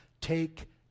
take